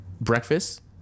breakfast